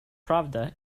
pravda